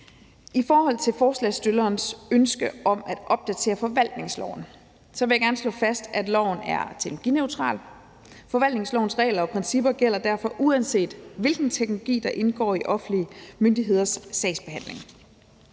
I forhold til forslagsstillernes ønske om at opdatere forvaltningsloven vil jeg gerne slå fast, at loven er teknologineutral. Forvaltningslovens regler og principper gælder derfor, uanset hvilken teknologi der indgår i offentlige myndigheders sagsbehandling.